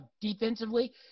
Defensively